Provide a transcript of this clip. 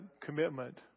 commitment